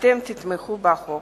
אתם תתמכו בחוק.